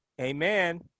amen